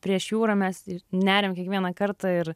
prieš jūrą mes neriam kiekvieną kartą ir